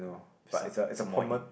sa~ Samoyed